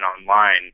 online